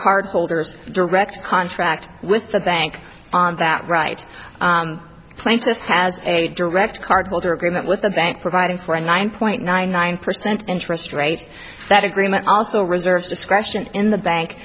cardholders direct contract with the bank on that right plaintiff has a direct cardholder agreement with the bank providing for a nine point nine nine percent interest rate that agreement also reserved discretion in the bank